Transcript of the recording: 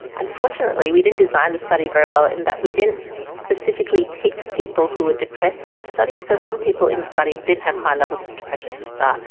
unfortunately we didn't design the study very well in that we didn't specifically pick people who were depressed for the study. so some people in the study didn't have high levels of depression to start.